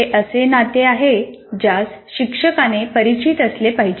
हे असे नाते आहे ज्यास शिक्षकाने परिचित असले पाहिजे